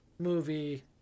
movie